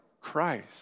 Christ